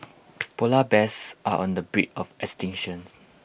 Polar Bears are on the brink of extinction